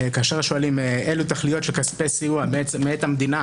כאשר שואלים אילו תכליות של כספי סיוע מאת המדינה